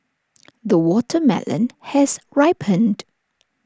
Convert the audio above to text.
the watermelon has ripened